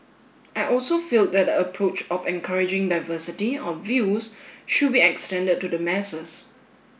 I also feel that the approach of encouraging diversity of views should be extended to the masses